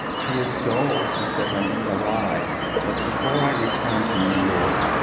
his goal, he said, when he arrived was, before i return to new york,